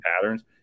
patterns